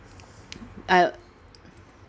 I